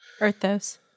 Earthos